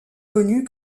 connue